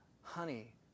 honey